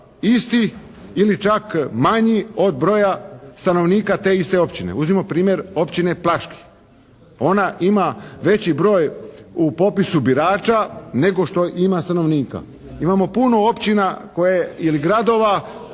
isti ili čak manji od broja stanovnike te isti općine. Uzmimo primjer općine Plaški. Ona ima veći broj u popisu birača nego što ima stanovnika. Imamo puno općine koje ili gradova